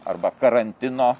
arba karantino